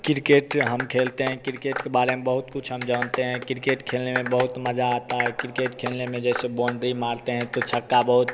cricket हम खेलते हैं किरकेट के बारे में बहुत कुछ हम जानते हैं किरकेट खेलने में बहुत मजा आता है किरकेट खेलने में जैसे बौंड्री मारते हैं तो छक्का बहुत